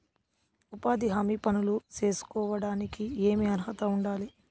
ఉపాధి హామీ పనులు సేసుకోవడానికి ఏమి అర్హత ఉండాలి?